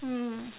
mm